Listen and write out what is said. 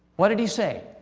what did he say?